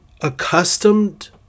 accustomed